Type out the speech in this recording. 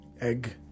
egg